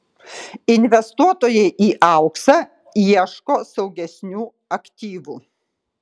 investuotojai į auksą ieško saugesnių aktyvų